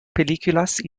películas